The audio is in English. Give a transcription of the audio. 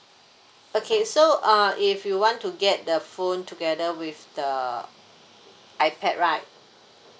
okay so uh if you want to get the phone together with the ipad right